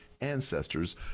ancestors